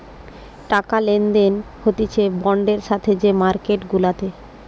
টাকা লেনদেন হতিছে বন্ডের সাথে যে মার্কেট গুলাতে